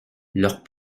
leurs